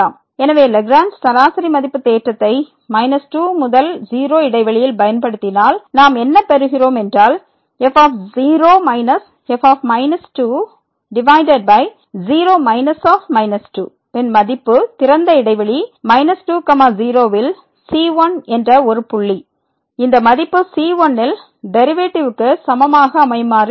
எனவே லாக்ரேஞ்ச் சராசரி மதிப்பு தேற்றத்தை −2 முதல் 0 இடைவெளியில் பயன்படுத்தினால் நாம் என்ன பெறுகிறோம் என்றால் f0 f0 ன் மதிப்பு திறந்த இடைவெளி 2 0 ல் c1 என்ற ஒரு புள்ளி இந்த மதிப்பு c1 ல் டெரிவேட்டிவ்க்கு சமமாக அமையுமாறு இருக்கும்